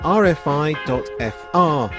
rfi.fr